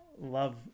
love